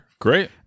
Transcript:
great